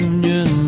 Union